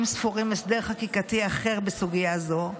ספורים הסדר חקיקתי אחר בסוגיה זו,